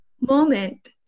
moment